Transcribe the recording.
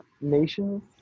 nations